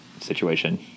situation